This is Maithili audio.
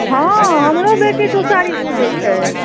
हँ हमरो बेटी तुसारी पूजैत छै